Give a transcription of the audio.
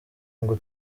ngo